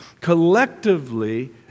Collectively